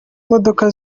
modoka